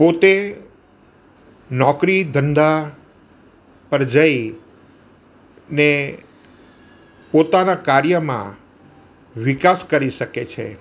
પોતે નોકરી ધંધા પર જઈને પોતાના કાર્યમાં વિકાસ કરી શકે છે